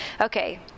Okay